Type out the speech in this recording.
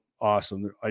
awesome